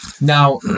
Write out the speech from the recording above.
Now